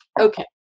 Okay